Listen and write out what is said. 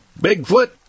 Bigfoot